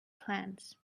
plans